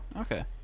Okay